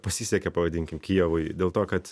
pasisekė pavadinkim kijevui dėl to kad